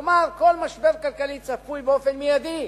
כלומר, כל משבר כלכלי צפוי, באופן מיידי